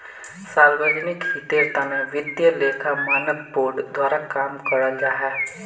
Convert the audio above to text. सार्वजनिक हीतेर तने वित्तिय लेखा मानक बोर्ड द्वारा काम कराल जाहा